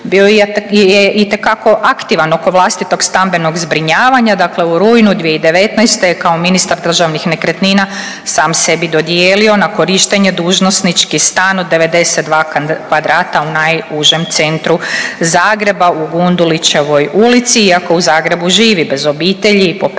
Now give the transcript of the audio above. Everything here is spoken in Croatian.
bio je itekako aktivan oko vlastitog stambenog zbrinjavanja. Dakle, u rujnu 2019. je kao ministar državnih nekretnina sam sebi dodijelio na korištenje dužnosnički stan od 92 kvadrata u najužem centru Zagreba u Gundulićevoj ulici iako u Zagrebu živi bez obitelji i po pravilima